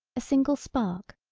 a single spark,